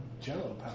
jello